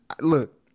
look